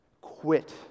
quit